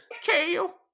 Kale